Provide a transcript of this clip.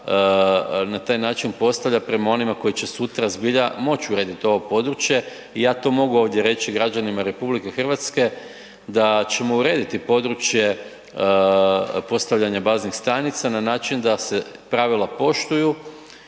na taj način postavlja prema onima koji će sutra zbilja moći urediti ovo područje. I ja to mogu ovdje reći građanima RH da ćemo urediti područje postavljanja baznih stanica na način da se pravila poštuju